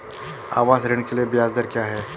आवास ऋण के लिए ब्याज दर क्या हैं?